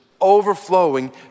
overflowing